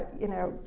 you know,